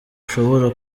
ushobora